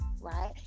right